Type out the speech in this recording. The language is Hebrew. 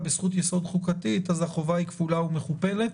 בזכות-יסוד חוקתית אז החובה היא כפולה ומכופלת.